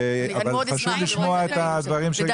אבל חשוב לשמוע את הדברים של גב' שחר,